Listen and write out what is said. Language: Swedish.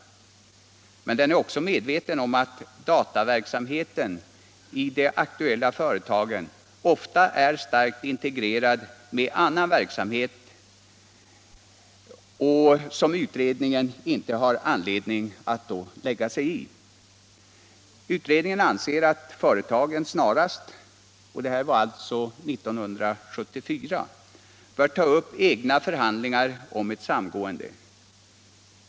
Men utredningen är också medveten om att dataverksamheten i de aktuella företagen ofta är starkt integrerad med annan verksamhet som utredningen inte har anledning att syssla med. Utredningen ansåg att företagen snarast — det här var alltså 1974 — borde ta upp egna förhandlingar om ett samgående.